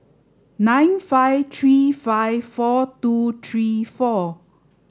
nine five three five four two three four